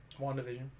WandaVision